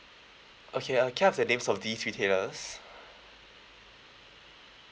okay uh can I have the names of these retailers